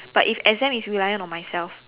but if exam is reliant on myself